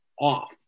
off